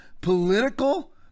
political